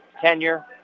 tenure